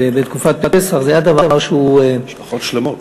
בתקופת פסח, זה היה דבר שהוא, משפחות שלמות.